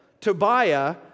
Tobiah